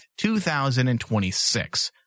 2026